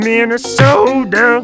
Minnesota